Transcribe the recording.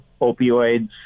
opioids